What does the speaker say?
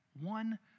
one